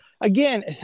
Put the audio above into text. Again